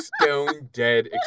stone-dead